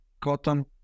Cotton